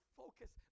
focus